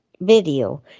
video